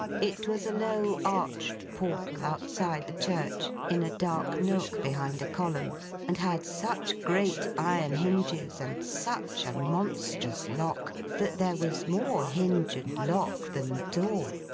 it was a low arched portal, outside the church, in a dark nook behind a column and had such great iron hinges, and such a monstrous lock, that there was more hinge and lock than door.